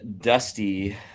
Dusty